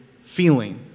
feeling